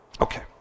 Okay